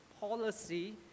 policy